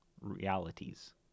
realities